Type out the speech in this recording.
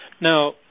Now